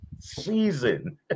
season